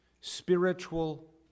spiritual